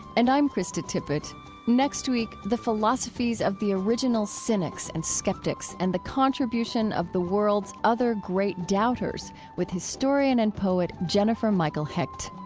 and i'm krista tippett next week, the philosophies of the original cynics and skeptics, and the contribution of the world's other great doubters with historian and poet jennifer michael hecht.